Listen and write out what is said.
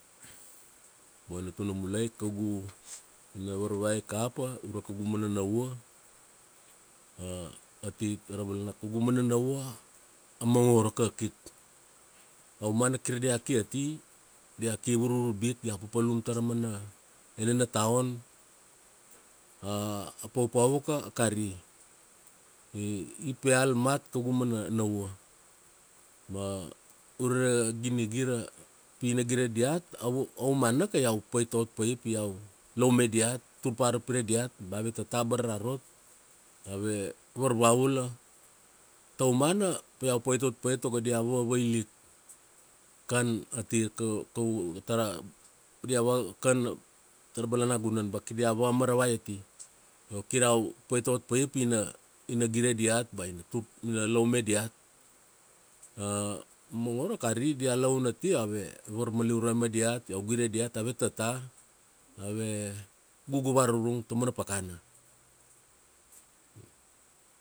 Boina tuna mulai, kaugu, ina varvai kapa ure kaugu mana nauva, ati ra balana, kaugu mana nauva, a mongoro kakit. Aumana kir dia ki ati, dia ki vurvurbit dia papalum tara umana, enena taon, a paupau ka a kari. I peal mat kaugu mana nauva. Ma ure ginigira pina gire diat, auva, aumanaka iau pait ot paia pi iau laume diat. Turpa ara pire diat. Ba ave tata abara ra rot. Ave varvaula. Taumana pa iau pait ot paia tago dia va vailik, kan ati ra balanagunan. Bea kir dia va maravai ati. Io kir iau pait ot paia pi na, gire diat bea ina laume diat a mongoro kari dia laun ati, ave varmaliurai ma diat, iau gire diat, ave tata, ave, gugu varurung ta umana pakana.